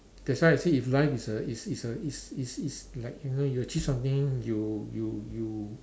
that's why I say if life is a is is a is is is like you know you achieve something you you you